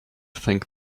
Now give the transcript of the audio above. think